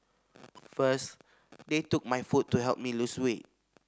first they took my food to help me lose weight